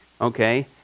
Okay